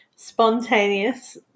Spontaneous